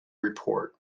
report